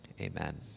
Amen